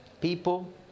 people